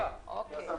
עכשיו.